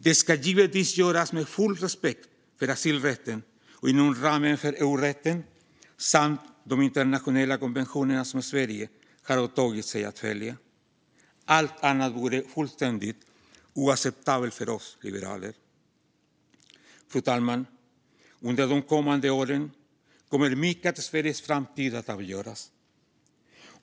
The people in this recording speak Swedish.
Det ska givetvis göras med full respekt för asylrätten och inom ramen för EU-rätten samt de internationella konventioner som Sverige har åtagit sig att följa. Allt annat vore fullständigt oacceptabelt för oss liberaler. Fru talman! Under de kommande åren kommer mycket av Sveriges framtid att avgöras.